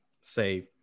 say